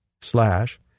slash